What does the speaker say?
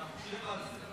אתה חושב על זה.